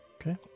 Okay